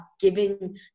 giving